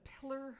pillar